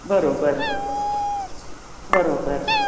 बरोबर बरोबर